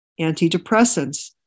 antidepressants